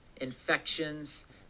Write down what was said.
infections